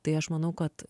tai aš manau kad